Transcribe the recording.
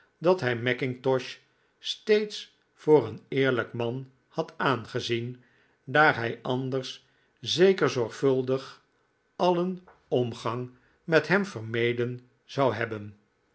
dat hij mackintosh steeds voor een eerlijk man had aangezien daar hij anders zeker zorgvuldig alien omgang met hem vermeden zou hebben